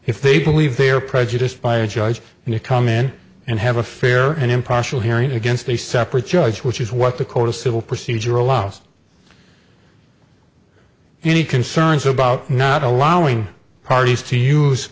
if they believe they are prejudiced by a judge and you come in and have a fair and impartial hearing against a separate judge which is what the court of civil procedure allows any concerns about not allowing parties to use